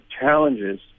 challenges